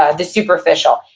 ah the superficial.